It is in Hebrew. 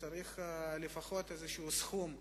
צריך לפחות איזשהו סכום.